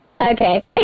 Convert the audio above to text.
Okay